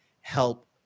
help